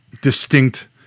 distinct